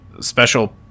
special